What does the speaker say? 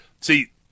see